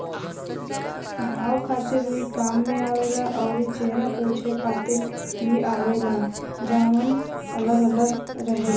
घाव खातिर रुई काम में आवेला अउरी चेहरा पोछे खातिर भी आवेला जवन अलग अलग रहेला